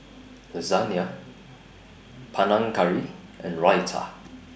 Lasagna Panang Curry and Raita